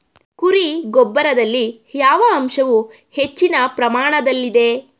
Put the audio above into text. ಕುರಿ ಗೊಬ್ಬರದಲ್ಲಿ ಯಾವ ಅಂಶವು ಹೆಚ್ಚಿನ ಪ್ರಮಾಣದಲ್ಲಿದೆ?